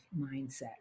mindset